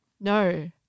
no